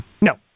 No